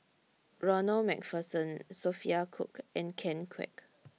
Ronald MacPherson Sophia Cooke and Ken Kwek